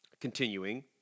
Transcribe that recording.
continuing